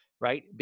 Right